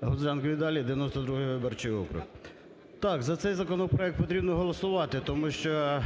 Гудзенко Віталій, 92 виборчий округ. Так, за цей законопроект потрібно голосувати, тому що